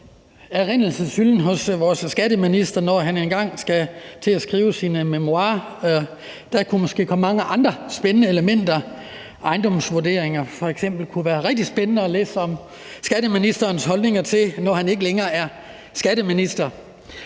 i erindringen hos vores skatteminister, når han engang skal til at skrive sine memoirer. Der kan måske komme mange andre spændende elementer. F.eks. kunne det være rigtig spændende at læse om skatteministerens holdninger til ejendomsvurderinger, når han ikke længere er skatteminister.